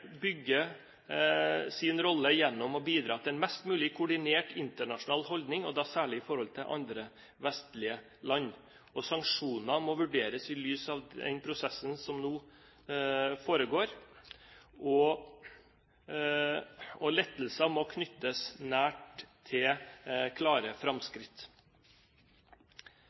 da særlig sett i forhold til andre vestlige land. Sanksjoner må vurderes i lys av den prosessen som nå foregår, og lettelser må knyttes nært til klare framskritt.